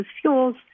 fuels